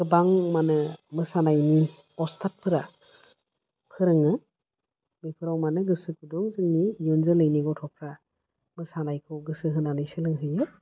गोबां माने मोसानायनि असथातफोरा फोरोङो बेफोराव मानो गोसो गुदुं जोंनि इयुन जोलैनि गथ'फ्रा मोसानायखौ गोसो होनानै सोलोंहैयो